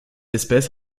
espèce